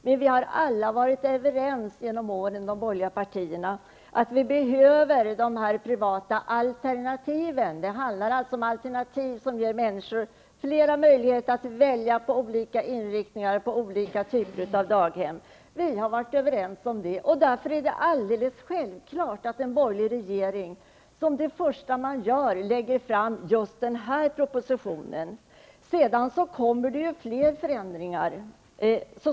Men alla borgerliga partier har genom åren varit överens om att de privata alternativen behövs. Det handlar om alternativ som ger människor fler möjligheter att välja på olika inriktningar och olika typer av daghem. Vi har varit överens om det. Därför är det alldeles självklart att en borgerlig regering som första åtgärd lägger fram just denna proposition. Så småningom kommer det fler förändringar.